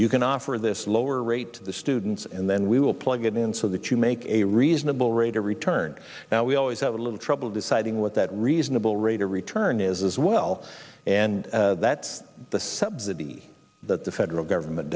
you can offer this lower rate to the students and then we will plug it in so that you make a reasonable rate of return now we always have a little trouble deciding what that reasonable rate of return is as well and that's the subsidy that the federal government